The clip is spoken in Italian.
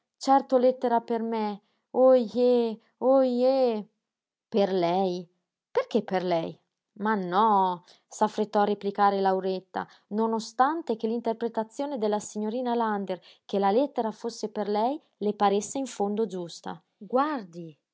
certo lettera per me oh je oh je per lei perché per lei ma no s'affrettò a replicare lauretta non ostante che l'interpretazione della signorina lander che la lettera fosse per lei le paresse in fondo giusta guardi